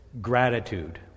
gratitude